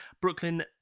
Brooklyn